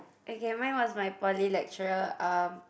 okay mine was my poly lecturer um